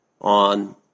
on